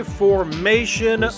formation